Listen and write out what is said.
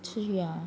去啦